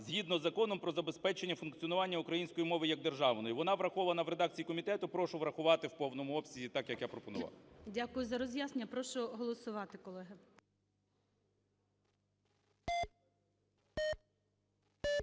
"згідно з Законом України "Про забезпечення функціонування української мови як державної". Вона врахована в редакції комітету. Прошу врахувати в повному обсязі, так, як я пропонував. ГОЛОВУЮЧИЙ. Дякую за роз'яснення. Прошу голосувати, колеги.